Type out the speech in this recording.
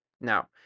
Now